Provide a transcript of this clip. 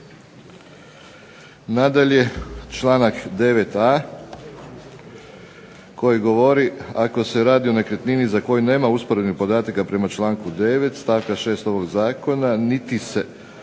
Nadalje članak 9.a koji govori ako se radi o nekretnini za koju nema usporednih podataka prema članku 9. stavka 6. ovog zakona niti se